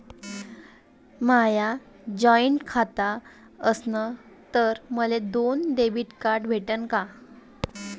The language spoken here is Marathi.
माय जॉईंट खातं असन तर मले दोन डेबिट कार्ड भेटन का?